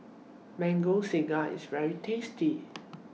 Mango Sago IS very tasty